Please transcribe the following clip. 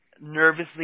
nervously